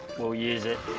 we'll use it,